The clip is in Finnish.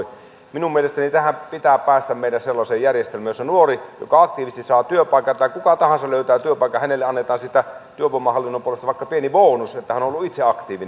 minun mielestäni meidän pitää päästä sellaiseen järjestelmään jossa nuorelle joka aktiivisesti saa työpaikan tai kenelle tahansa joka löytää työpaikan annetaan siitä työvoimahallinnon puolesta vaikka pieni bonus että hän on ollut itse aktiivinen